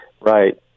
Right